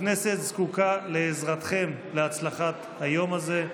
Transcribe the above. הכנסת זקוקה לעזרתכם להצלחת היום הזה.